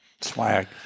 Swag